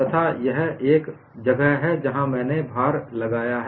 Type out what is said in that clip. तथा यह वह जगह है जहाँ मैंने भार लगाया है